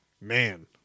Man